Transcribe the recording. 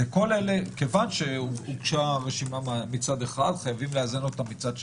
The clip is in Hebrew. כיוון שהוגשה רשימה מצד אחד חייבים לאזן אותה מצד שני.